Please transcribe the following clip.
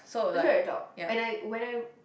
it's very adult and I when I